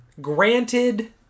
Granted